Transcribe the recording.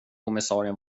kommissarien